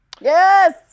yes